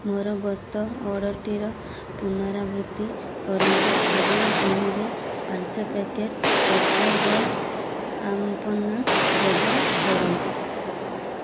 ମୋର ଗତ ଅର୍ଡ଼ର୍ଟିର ପୁନରାବୃତ୍ତି କରନ୍ତୁ ଏବଂ ତହିଁରେ ପାଞ୍ଚ packet Paper Boat Aam Panna ଯୋଗ କରନ୍ତୁ